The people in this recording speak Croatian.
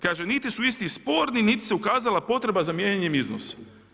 Kaže, niti su isti sporni nit se ukazala potreba za mijenjanjem iznosa.